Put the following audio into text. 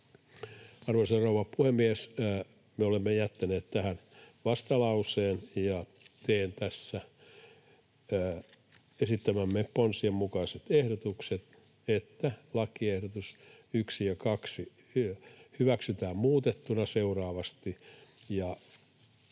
Arvoisa rouva puhemies! Me olemme jättäneet tähän vastalauseen, ja teen tässä esittämiemme ponsien mukaiset ehdotukset, että 1. ja 2. lakiehdotus hyväksytään muutettuna seuraavasti...